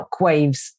shockwaves